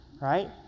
right